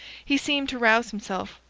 he seemed to rouse himself,